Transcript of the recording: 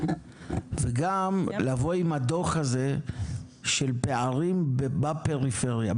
וגם לבוא עם הדו"ח הזה של פערים בפריפריה,